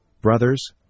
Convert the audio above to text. brothers